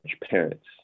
parents